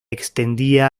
extendía